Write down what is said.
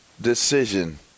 decision